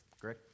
greg